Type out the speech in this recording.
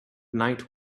night